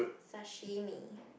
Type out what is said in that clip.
sashimi